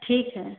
ठीक है